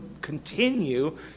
continue